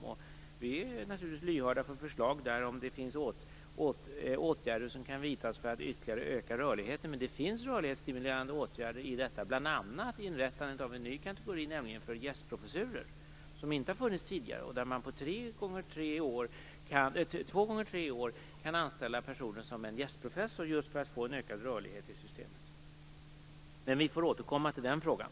Här är vi naturligtvis lyhörda för förslag, t.ex. om det finns åtgärder som kan vidtas för att ytterligare öka rörligheten. Men det finns rörlighetsstimulerande åtgärder i detta, bl.a. inrättandet av en ny kategori, för gästprofessurer, som inte har funnits tidigare. Det innebär att man på två gånger tre år kan anställa en person som gästprofessor, just för att få en ökad rörlighet i systemet. Men vi får återkomma till den frågan.